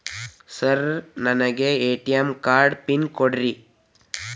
Sir ನನಗೆ ATM card pin ಕೊಡ್ರಿ?